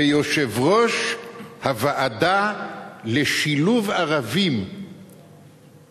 ויושב-ראש הוועדה לשילוב ערבים